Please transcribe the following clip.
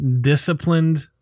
disciplined